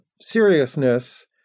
seriousness